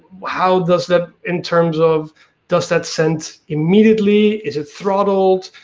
how does that in terms of does that send immediately, is it throttled.